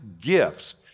gifts